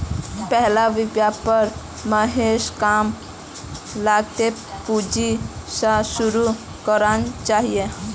पहला व्यापार हमेशा कम लागतेर पूंजी स शुरू करना चाहिए